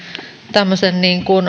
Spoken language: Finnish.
tämmöisen